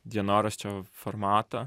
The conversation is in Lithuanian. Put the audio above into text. dienoraščio formatą